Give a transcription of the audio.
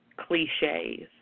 cliches